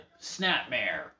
Snapmare